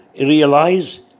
realize